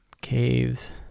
Caves